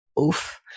Oof